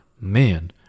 man